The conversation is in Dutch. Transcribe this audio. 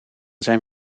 zijn